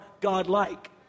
God-like